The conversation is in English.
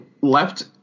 left